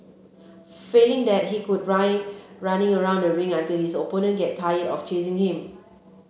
failing that he could run running around the ring until his opponent get tired of chasing him